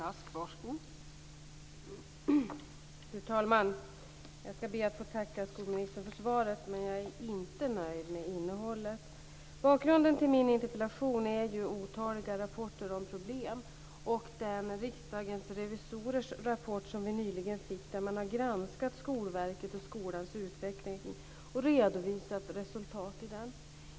Fru talman! Jag skall be att få tacka skolministern för svaret, men jag är inte nöjd med innehållet. Bakgrunden till min interpellation är otaliga rapporter om problem och en rapport från Riksdagens revisorer som vi nyligen fick där man har granskat Skolverket och skolans utveckling och redovisat resultat av detta.